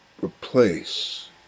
Replace